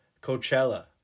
Coachella